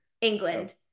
England